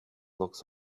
looks